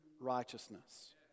righteousness